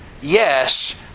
yes